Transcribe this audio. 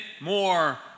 more